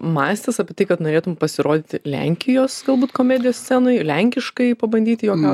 mąstęs apie tai kad norėtum pasirodyti lenkijos galbūt komedijos scenoje lenkiškai pabandyti juokauti